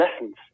lessons